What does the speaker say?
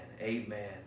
Amen